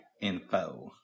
Info